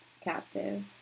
captive